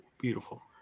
Beautiful